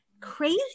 Crazy